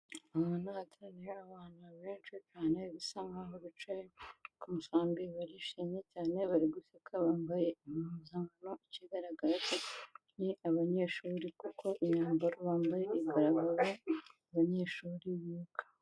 Ahantu hateraniye abana benshi cyane bisa nk'aho bicaye ku musambi, barishimye cyane bari guseka bambaye impuzankano ikigaragara ni abanyeshuri kuko imyambaro bambaye igaragaza abanyeshuri biga.